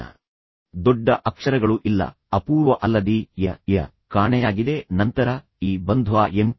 ನೀವು ಅದನ್ನು ಮರೆತಿದ್ದೀರಾ ನಿಮ್ಮ ಹೆಸರಿನ ಬಗ್ಗೆ ಏನು ಮತ್ತೆ ದೊಡ್ಡ ಅಕ್ಷರಗಳು ಇಲ್ಲ ಅಪೂರ್ವ ಅಲ್ಲದಿ ಎ ಎ ಕಾಣೆಯಾಗಿದೆ ನಂತರ ಇಂದ ನಂತರ ಈ ಬಂಧ್ವಾ ಎಂ